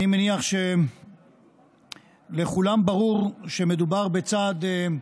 אני מניח שלכולם ברור שמדובר בצעד הכרחי,